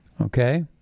Okay